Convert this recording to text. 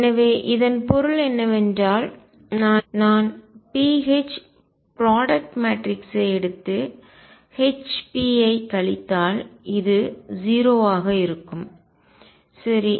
எனவே இதன் பொருள் என்னவென்றால் நான் pH ப்ராடக்ட் மேட்ரிக்ஸை எடுத்து Hp ஐக் கழித்தால் இது 0 வாக இருக்கும் சரி